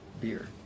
beer